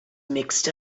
mixed